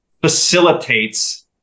facilitates